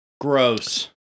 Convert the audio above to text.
gross